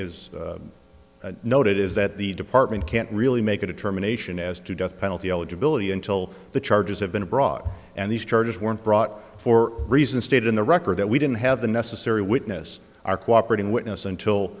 is noted is that the department can't really make a determination as to death penalty eligibility until the charges have been abroad and these charges weren't brought for reasons stated in the record that we didn't have the necessary witness our cooperating witness